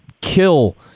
kill